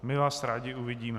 My vás rádi uvidíme.